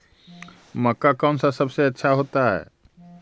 मक्का कौन सा सबसे अच्छा होता है?